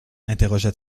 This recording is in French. interrogea